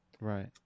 Right